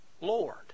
Lord